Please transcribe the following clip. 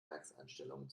werkseinstellungen